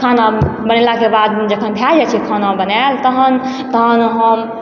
खाना बनेलाके बाद जखन भए जाइ छै खाना बनैल तहन तहन हम